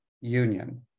union